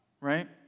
right